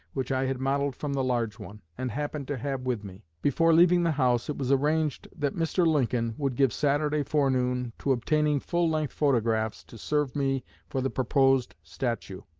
which i had modelled from the large one, and happened to have with me. before leaving the house it was arranged that mr. lincoln would give saturday forenoon to obtaining full-length photographs to serve me for the proposed statue.